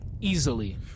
easily